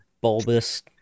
bulbous